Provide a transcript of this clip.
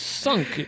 sunk